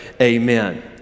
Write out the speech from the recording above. Amen